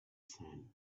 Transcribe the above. sand